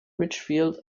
ridgefield